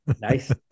Nice